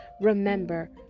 Remember